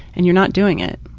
and you're not doing it.